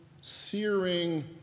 searing